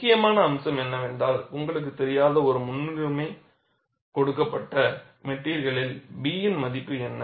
முக்கியமான அம்சம் என்னவென்றால் உங்களுக்குத் தெரியாத ஒரு முன்னுரிமை கொடுக்கப்பட்ட மெட்டிரியலில் B இன் மதிப்பு என்ன